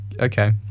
Okay